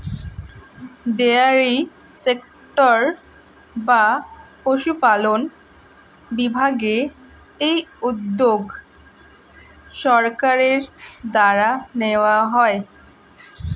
dairy sector বা পশুপালন বিভাগে এই উদ্যোগ সরকারের দ্বারা নেওয়া হয়